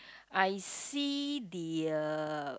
I see the uh